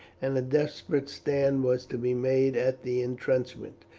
and a desperate stand was to be made at the intrenchment,